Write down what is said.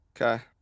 Okay